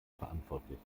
verantwortlich